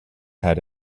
head